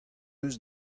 eus